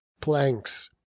planks